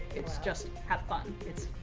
it's just, have fun. it's,